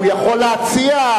הוא יכול להציע.